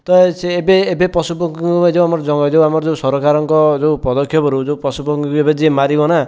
ତ ସିଏ ଏବେ ଏବେ ପଶୁପକ୍ଷୀଙ୍କୁ ଏ ଯେଉଁ ଆମର ଜ ଏ ଯେଉଁ ଆମର ଯେଉଁ ସରକାରଙ୍କ ଯେଉଁ ପଦକ୍ଷେପ ରହୁଛି ଯେଉଁ ପଶୁପକ୍ଷୀଙ୍କୁ ଏବେ ଯିଏ ମାରିବ ନା